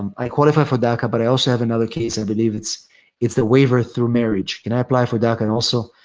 um i qualify for daca but i also have another case, i believe it's it's the waiver through marriage. can i apply for daca? and also,